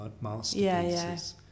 masterpieces